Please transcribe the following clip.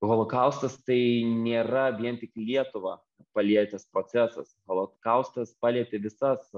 holokaustas tai nėra vien tik lietuvą palietęs procesas holokaustas palietė visas